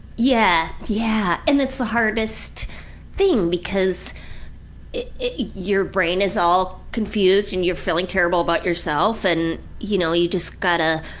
yeah. yeah! and that's the hardest thing because your brain is all confused and you're feeling terrible about yourself and you know, you just gotta.